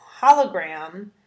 Hologram